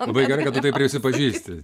labai gerai kad tu tai prisipažįsti